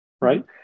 right